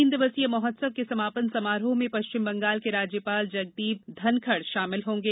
तीन दिवसीय महोत्सव के समापन समारोह में पश्चिम बंगाल के राज्यपाल जगदीप धनखड़ शामिल होंगे